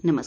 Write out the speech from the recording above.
नमस्कार